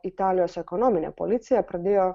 italijos ekonominė policija pradėjo